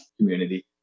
community